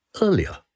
Earlier